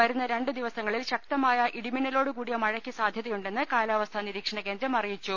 വരുന്ന രണ്ടു ദിവസങ്ങളിൽ ശക്തമായ ഇടിമിന്നലോടുകൂടിയ മഴയ്ക്ക് സാധ്യതയുണ്ടെന്ന് കാലാവസ്ഥാ നിരീക്ഷണകേന്ദ്രം അറിയിച്ചു